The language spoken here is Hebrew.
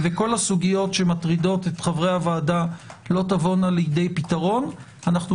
וכל הסוגיות שמטרידות את חברי הוועדה לא תבואנה לידי פתרון - לא